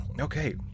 Okay